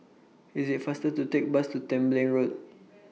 IT IS faster to Take Bus to Tembeling Road